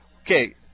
okay